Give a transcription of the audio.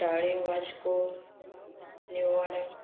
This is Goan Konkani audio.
कुट्टाळे वास्को नीव वाडें